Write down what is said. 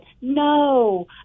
no